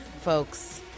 folks